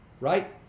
right